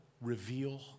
reveal